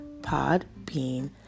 Podbean